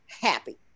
happy